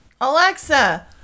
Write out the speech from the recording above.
Alexa